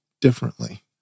differently